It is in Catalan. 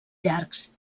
llargs